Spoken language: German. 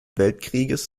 weltkrieges